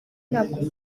ntabwo